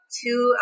two